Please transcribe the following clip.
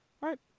right